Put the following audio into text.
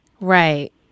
Right